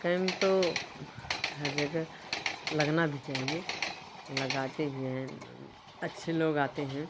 camp तो हर जगह लगना भी चाहिए लगाते भी हैं अच्छे लोग आते हैं